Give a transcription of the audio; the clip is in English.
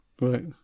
Right